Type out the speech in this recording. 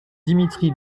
dimitri